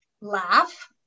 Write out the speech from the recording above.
laugh